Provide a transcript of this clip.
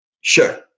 sure